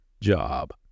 job